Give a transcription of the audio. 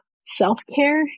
self-care